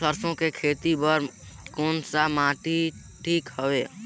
सरसो के खेती बार कोन सा माटी ठीक हवे?